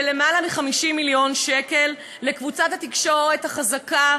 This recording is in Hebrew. של למעלה מ-50 מיליון שקל לקבוצת התקשורת החזקה,